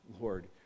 Lord